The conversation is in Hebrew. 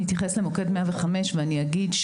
אני אתייחס למוקד 105 ואני אגיד,